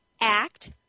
act